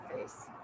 face